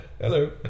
Hello